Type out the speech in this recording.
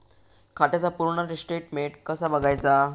खात्याचा पूर्ण स्टेटमेट कसा बगायचा?